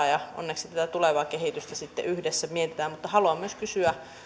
ja onneksi tätä tulevaa kehitystä sitten yhdessä mietitään mutta haluan myös kysyä